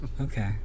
Okay